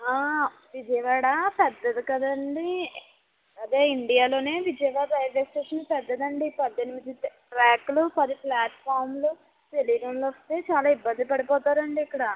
విజయవాడ పెద్దది కదండి అదే ఇండియాలోనే విజయవాడ రైల్వే స్టేషన్ పెద్దదండి పద్దెనిమిది ట్రాక్లు పది ఫ్లాట్ఫార్మ్లు తెలియని వాళ్ళు వస్తే చాలా ఇబ్బంది పడిపోతారండి ఇక్కడ